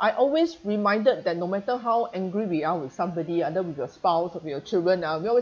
I always reminded that no matter how angry we are with somebody either with your spouse or with your children ah we always